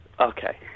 Okay